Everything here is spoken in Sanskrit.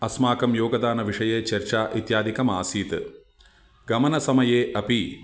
अस्माकं योगदानविषये चर्चा इत्यादिकमासीत् गमनसमये अपि